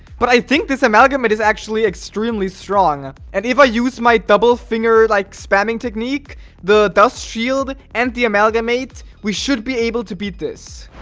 but i think this amalgamate is actually extremely strong and if i use my double finger like spamming technique the dust shield and the amalgamates we be able to beat this